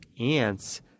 ants